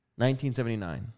1979